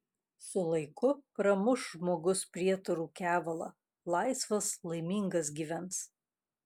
su laiku pramuš žmogus prietarų kevalą laisvas laimingas gyvens